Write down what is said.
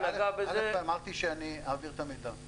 אמרתי שאני אעביר את המידע.